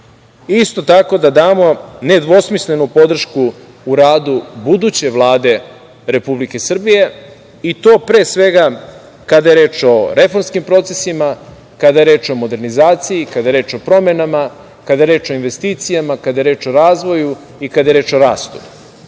isto tako da damo nedvosmislenu podršku u radu buduće vlade Republike Srbije i to pre svega, kada je reč o reformskim procesima, kada je reč o modernizaciji, kada je reč o promenama, kada je reč o investicijama, kada je reč o razvoju i kada je reč o